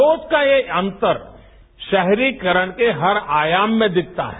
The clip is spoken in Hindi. सोच का यह अंतर शहरीकरण के हर आयाम में दिखता है